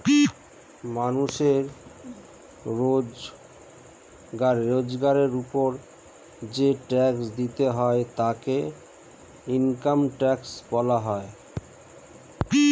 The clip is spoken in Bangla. মানুষের রোজগারের উপর যেই ট্যাক্স দিতে হয় তাকে ইনকাম ট্যাক্স বলা হয়